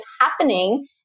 happening